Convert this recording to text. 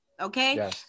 okay